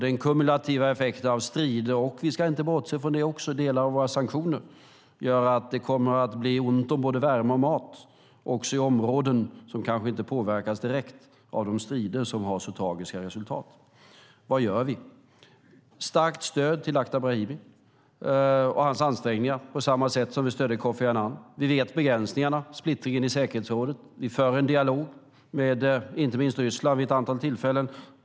Den kumulativa effekten av strider och - vi ska inte bortse från dem heller - delar av våra sanktioner gör att det kommer att bli ont om både värme och mat också i områden som kanske inte påverkas direkt av de strider som har så tragiska resultat. Vad gör vi? Vi får ge starkt stöd till Lakhdar Brahimi och hans ansträngningar, på samma sätt som vi stöder Kofi Annan. Vi vet begränsningarna och känner till splittringen i säkerhetsrådet. Vi har fört en dialog med inte minst Ryssland vid ett antal tillfällen.